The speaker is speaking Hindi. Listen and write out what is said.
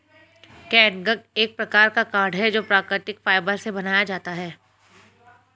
कैटगट एक प्रकार का कॉर्ड है जो प्राकृतिक फाइबर से बनाया जाता है